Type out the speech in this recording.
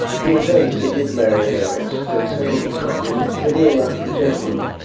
he returned to sydney to marry an heiress, then settled in scotland, living the life of a gentleman,